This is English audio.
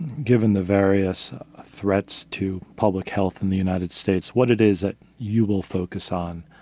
given the various threats to public health in the united states, what it is that you will focus on,